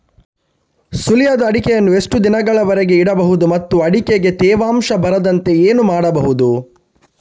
ಸುಲಿಯದ ಅಡಿಕೆಯನ್ನು ಎಷ್ಟು ದಿನಗಳವರೆಗೆ ಇಡಬಹುದು ಮತ್ತು ಅಡಿಕೆಗೆ ತೇವಾಂಶ ಬರದಂತೆ ಏನು ಮಾಡಬಹುದು?